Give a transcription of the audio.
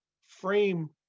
frame